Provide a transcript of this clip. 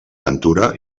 ventura